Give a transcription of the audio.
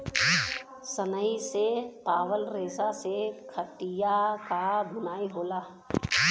सनई से पावल रेसा से खटिया क बुनाई होला